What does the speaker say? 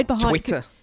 Twitter